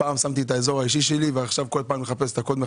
פעם שמתי את האזור האישי שלי ועכשיו כל פעם אני מחפש את הקוד.